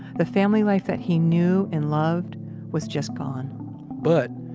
the family life that he knew and loved was just gone but,